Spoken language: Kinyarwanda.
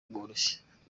bworoshye